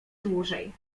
dłużej